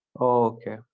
Okay